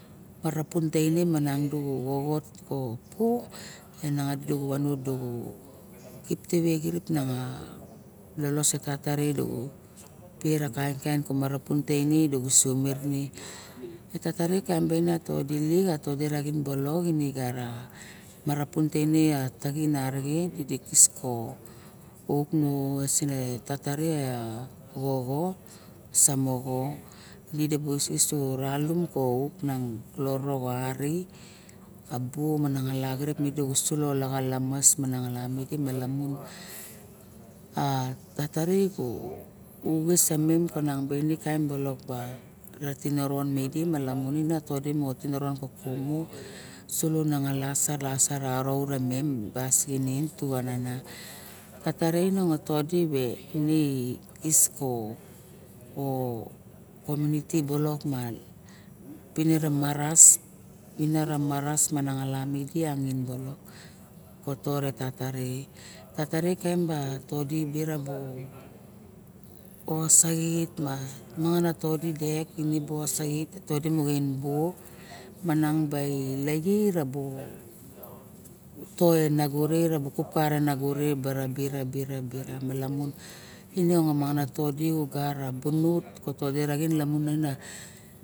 Marapun teine me miang du xoxot tepu e nangat du vavat du ditive xirip. A lolos tata redu vera kainkain marapun te tedi ke a marapu taxin arixen tidi xis ko so ralum ko uk nang lorom ka ari buo mana xalum. A tata re u oxisimem kanang ba kain balok xa tiniron kana xalao mong todi ve me wis ko community balok ma perie maras mana xalop midim xalap mong di osaxit manag dibu osait manag ba i lait rubu toe nago re barabar bit amalamun inonge e todi igat ra bulut